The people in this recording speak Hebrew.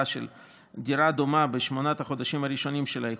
של דירה דומה בשמונת החודשים הראשונים של האיחור,